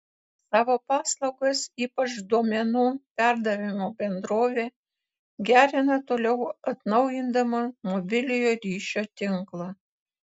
savo paslaugas ypač duomenų perdavimo bendrovė gerina toliau atnaujindama mobiliojo ryšio tinklą